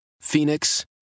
Phoenix